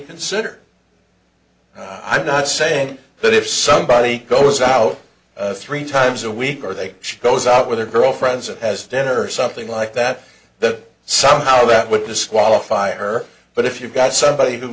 consider i'm not saying that if somebody goes out three times a week or they should goes out with her girlfriends and has dinner or something like that that somehow that would disqualify her but if you've got somebody who